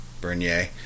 Bernier